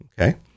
Okay